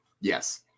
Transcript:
yes